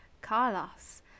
Carlos